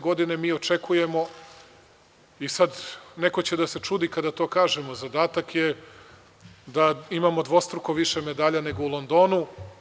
Godine 2016. mi očekujemo i sada neko će da se čudi kada kažemo, zadatak je da imamo dvostruko više medalja nego u Londonu.